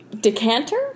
decanter